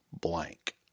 Blank